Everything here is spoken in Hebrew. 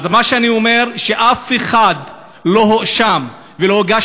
מה שאני אומר זה שאף אחד לא הואשם ולא הוגש